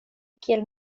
kiel